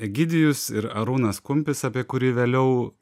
egidijus ir arūnas kumpis apie kurį vėliau